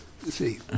see